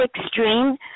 extreme